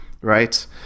right